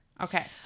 Okay